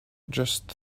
just